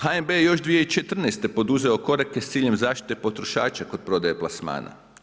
HNB je još 2014. poduzeo korake s ciljem zaštite potrošača kod prodaje plasmana.